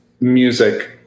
music